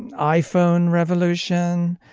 and iphone revolution.